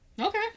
Okay